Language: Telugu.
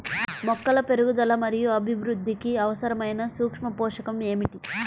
మొక్కల పెరుగుదల మరియు అభివృద్ధికి అవసరమైన సూక్ష్మ పోషకం ఏమిటి?